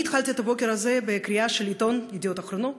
התחלתי את הבוקר הזה בקריאה של עיתון ידיעות אחרונות,